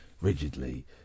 rigidly